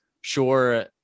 sure